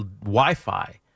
Wi-Fi